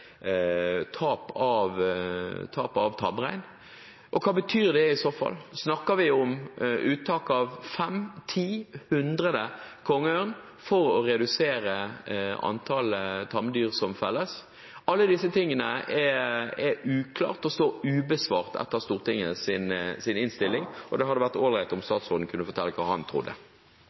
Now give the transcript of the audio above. tap av tamrein? Hva betyr det i så fall? Snakker vi om uttak av 5, 10, 100 kongeørn for å redusere antallet tamdyr som felles? Alle disse tingene er uklare og står ubesvart etter Stortingets innstilling, og det hadde vært all right om statsråden kunne fortelle hva han trodde.